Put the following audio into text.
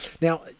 now